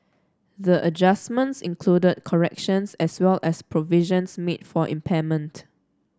the adjustments included corrections as well as provisions made for impairment